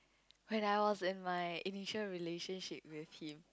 when I was in my initial relationship with him